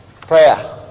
Prayer